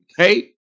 okay